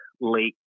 late